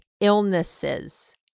illnesses